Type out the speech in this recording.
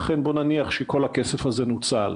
לכן, בואו נניח שכל הכסף הזה נוצל.